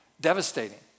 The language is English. devastating